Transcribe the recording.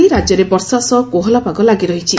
ଆଜି ରାଜ୍ୟରେ ବର୍ଷା ସହ କୋହଲା ପାଗ ଲାଗି ରହିବ